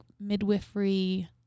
midwifery